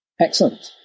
Excellent